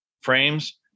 frames